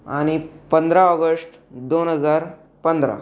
आणि पंधरा ऑगस्ट दोन हजार पंधरा